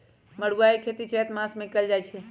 मरुआ के खेती चैत मासमे कएल जाए छै